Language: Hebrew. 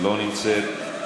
לא נמצאת,